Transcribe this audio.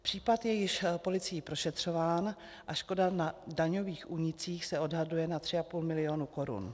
Případ je již policií prošetřován a škoda na daňových únicích se odhaduje na 3,5 milionu korun.